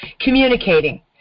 Communicating